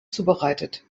zubereitet